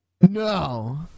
No